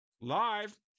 live